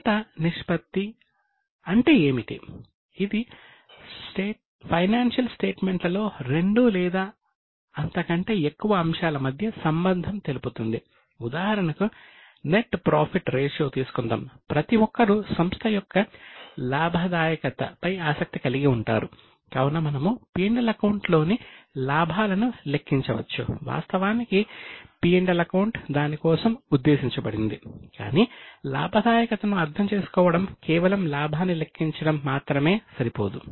మొదట నిష్పత్తిను అర్థం చేసుకోవడం కేవలం లాభాన్ని లెక్కించడం మాత్రమే సరిపోదు